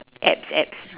apps apps